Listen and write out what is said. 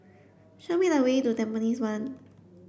show me the way to Tampines one